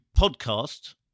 podcast